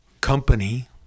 company